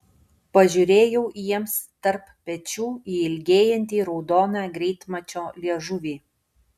pažiūrėjau jiems tarp pečių į ilgėjantį raudoną greitmačio liežuvį